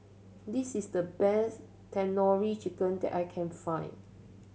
this is the best Tandoori Chicken that I can find